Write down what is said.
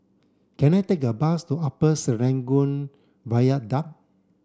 can I take a bus to Upper Serangoon Viaduct